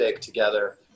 together